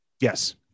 Yes